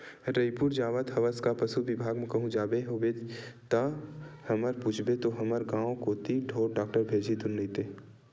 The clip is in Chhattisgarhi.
रइपुर जावत हवस का पसु बिभाग म कहूं जावत होबे ता हमर पूछबे तो हमर गांव कोती ढोर डॉक्टर भेजही धुन नइते